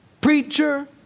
preacher